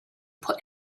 put